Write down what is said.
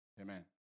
Amen